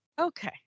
Okay